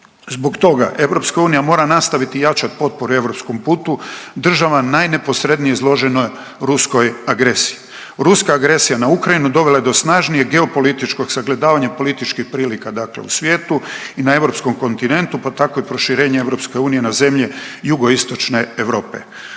Zbog toga EU mora nastaviti jačat potporu europskom putu država najneposrednije izloženoj ruskoj agresiji. Ruska agresija na Ukrajinu dovela je do snažnijeg geopolitičkog sagledavanja političkih prilika dakle u svijetu i na europskom kontinentu, pa tako i proširenje EU na zemlje Jugoistočne Europe.